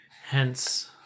Hence